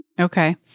Okay